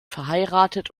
verheiratet